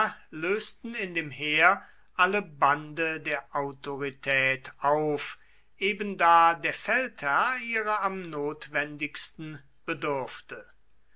lösten in dem heer alle bande der autorität auf eben da der feldherr ihrer am notwendigsten bedurfte